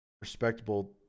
Respectable